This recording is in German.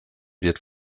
wird